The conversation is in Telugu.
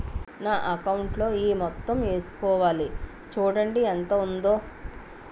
నా అకౌంటులో ఈ మొత్తం ఏసుకోవాలి చూడండి ఎంత ఉందో